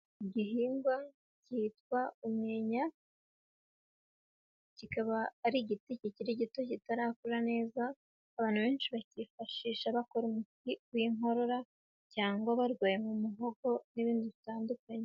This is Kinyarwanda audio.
Igihingwa kitwa umwenya, kikaba ari igiti kikiri gito kitarakura neza, abantu benshi bakifashisha bakora umuti w'inkorora cyangwa barwaye mu muhogo n'ibindi bitandukanye.